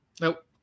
Nope